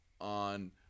on